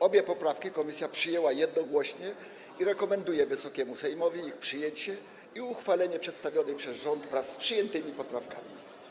Obie poprawki komisja przyjęła jednogłośnie i rekomenduje Wysokiemu Sejmowi ich przyjęcie i uchwalenie ustawy przedstawionej przez rząd wraz z przyjętymi poprawkami.